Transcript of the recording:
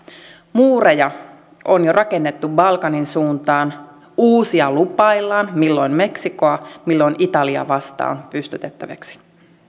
muureja on jo rakennettu balkanin suuntaan uusia lupaillaan milloin meksikoa milloin italiaa vastaan pystytettäviksi